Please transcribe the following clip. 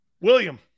William